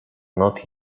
not